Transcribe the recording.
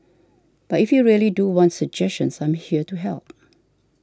but if you really do want suggestions I am here to help